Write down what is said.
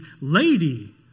lady